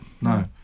no